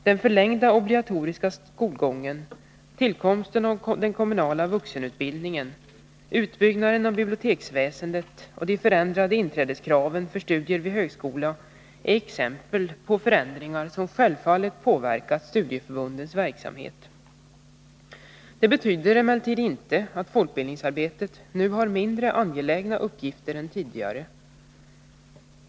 Den förlängda obligatoriska skolgången, tillkomsten av den kommunala vuxenutbildningen, utbyggnaden av biblioteksväsendet och de förändrade inträdeskraven för studier vid högskola är exempel på förändringar som självfallet påverkat studieförbundens verksamhet. Det betyder emellertid inte att folkbildningsarbetet nu har mindre angelägna uppgifter än tidigare.